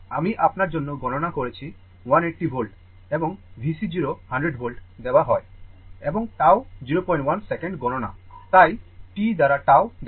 আমি আপনার জন্য গণনা করেছি 180 volt এবং VC 0 100 volt দেওয়া হয় এবং tau 01 সেকেন্ড গণনা তাই t দ্বারা tau ধরা হয়